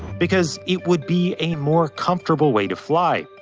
because it would be a more comfortable way to fly,